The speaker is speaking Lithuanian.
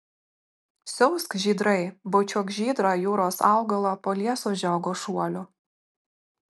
siausk žydrai bučiuok žydrą jūros augalą po lieso žiogo šuoliu